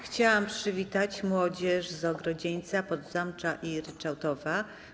Chciałam przywitać młodzież z Ogrodzieńca, Podzamcza i Ryczowa.